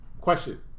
question